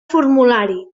formulari